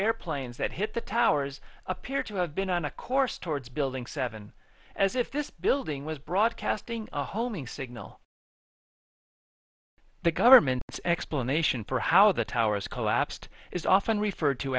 airplanes that hit the towers appeared to have been on a course towards building seven as if this building was broadcasting a homing signal the government explanation for how the towers collapsed is often referred to